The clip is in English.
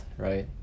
right